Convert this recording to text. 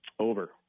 Over